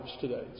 today